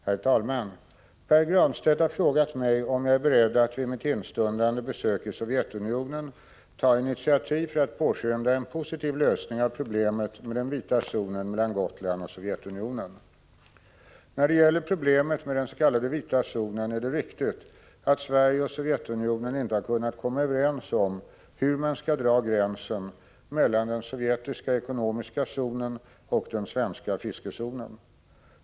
Herr talman! Pär Granstedt har frågat mig om jag är beredd att vid mitt instundande besök i Sovjetunionen ta initiativ för att påskynda en positiv lösning av problemet med den ”vita zonen” mellan Gotland och Sovjetunionen. När det gäller problemen med den s.k. vita zonen är det riktigt att Sverige och Sovjetunionen inte har kunnat komma överens om hur man skall dra gränsen mellan den sovjetiska ekonomiska zonen och den svenska fiskezonen.